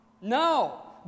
No